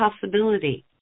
possibility